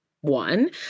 one